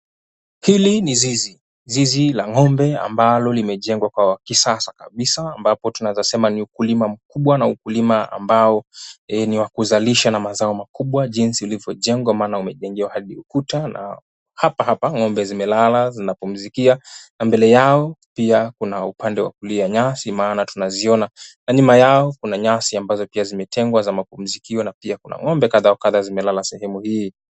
Hili ni zizi. Zizi la ng'ombe ambalo limejengwa kwa kisasa kabisa ambapo tunaweza sema ni ukulima mkubwa na ukulima ambao ni wa kuzalisha na mazao makubwa jinsi ulivyojengwa maana umejengewa hadi ukuta na hapa hapa ng'ombe zimelala zinapumzika na mbele yao pia kuna upande wa kulia nyasi maana tunaziona na nyuma yao kuna nyasi ambazo pia zimetengwa za mapumzikio na pia kuna ng'ombe kadhaa wa kadhaa zimelala sehemu hii.